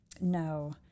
No